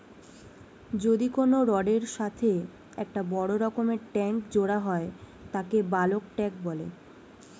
যদি কোনো রডের এর সাথে একটা বড় রকমের ট্যাংক জোড়া হয় তাকে বালক ট্যাঁক বলে